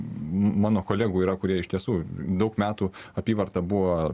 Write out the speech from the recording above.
mano kolegų yra kurie iš tiesų daug metų apyvarta buvo